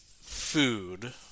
food